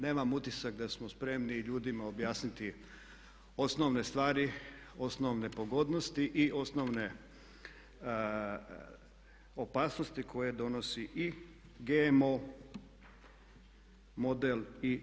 Nemam utisak da smo spremni ljudima objasniti osnovne stvari, osnovne pogodnosti i osnovne opasnosti koje donosi i GMO model i TITIP.